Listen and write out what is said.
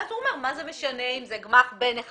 אז הוא אומר מה זה משנה אם זה גמ"ח בין אחד